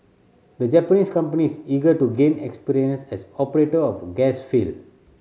the Japanese company is eager to gain experience as operator of gas field